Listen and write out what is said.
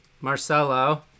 Marcelo